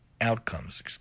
outcomes